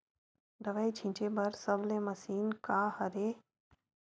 दवाई छिंचे बर सबले मशीन का हरे?